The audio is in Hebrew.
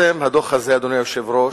אדוני היושב-ראש,